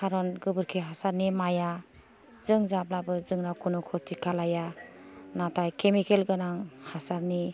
खारन गोबोरखि हासारनि मायया जों जाब्लाबो जोंनाव खुनु खथि खालाया नाथाय केमिकेल गोनां हासारनि